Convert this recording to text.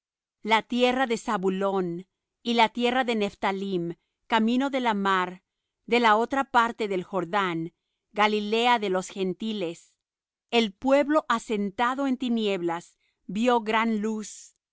la tierra de zabulón y la tierra de nephtalim camino de la mar de la otra parte del jordán galilea de los gentiles el pueblo asentado en tinieblas vió gran luz y